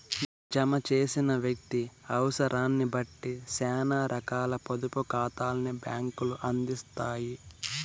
జమ చేసిన వ్యక్తి అవుసరాన్నిబట్టి సేనా రకాల పొదుపు కాతాల్ని బ్యాంకులు అందిత్తాయి